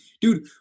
dude